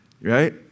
right